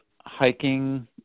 hiking